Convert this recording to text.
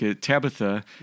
Tabitha